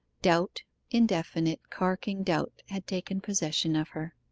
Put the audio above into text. doubt indefinite, carking doubt had taken possession of her.